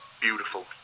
beautiful